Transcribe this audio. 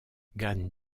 gan